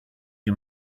you